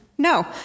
No